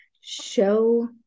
show